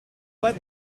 pas